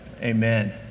Amen